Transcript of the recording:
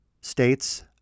states